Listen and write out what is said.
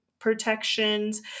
protections